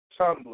Tumblr